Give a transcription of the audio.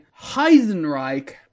Heisenreich